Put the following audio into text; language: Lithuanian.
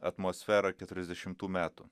atmosferą keturiasdešimtų metų